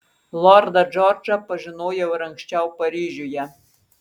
lordą džordžą pažinojau ir anksčiau paryžiuje